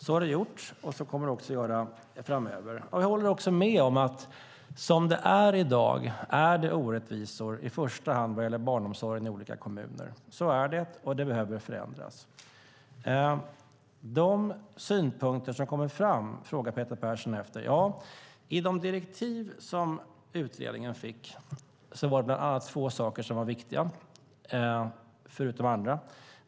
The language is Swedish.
Så har skett, och så kommer det också att ske framöver. Jag håller också med om att det, som det är i dag, finns orättvisor, i första hand vad gäller barnomsorgen i olika kommuner. Så är det, och det behöver förändras. De synpunkter som har kommit fram frågar Peter Persson efter. I de direktiv som utredningen fick fanns det bland annat två frågor som var viktiga - förutom andra.